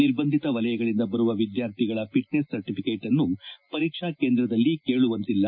ನಿರ್ಬಂಧಿತ ವಲಯಗಳಿಂದ ಬರುವ ವಿದ್ಯಾರ್ಥಿಗಳ ಫಿಟ್ಟೆಸ್ ಸರ್ಟಫಿಕೇಟ್ ಅನ್ನು ಪರೀಕ್ಷಾ ಕೇಂದ್ರದಲ್ಲಿ ಕೇಳುವಂತಿಲ್ಲ